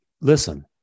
listen